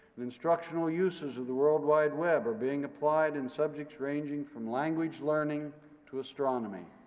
and instructional uses of the worldwide web are being applied in subjects ranging from language learning to astronomy.